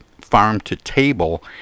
farm-to-table